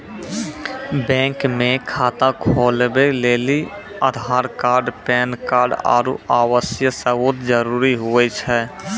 bank मे खाता खोलबै लेली आधार कार्ड पैन कार्ड आरू आवासीय सबूत जरुरी हुवै छै